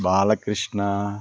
Balakrishna